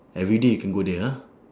everyday you can go there ha